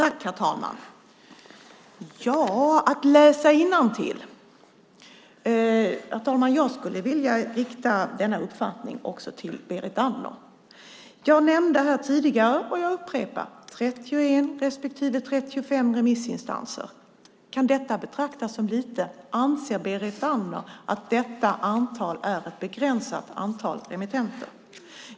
Herr talman! Att läsa innantill - jag skulle vilja rikta denna uppmaning också till Berit Andnor. Jag nämnde här tidigare och jag upprepar: 31 respektive 35 remissinstanser. Kan detta betraktas som lite? Anser Berit Andnor att detta antal är ett begränsat antal remittenter?